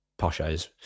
poshos